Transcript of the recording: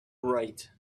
write